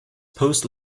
post